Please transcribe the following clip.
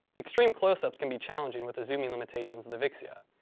extreme close ups can be challenging with the zooming limitations of the vixia.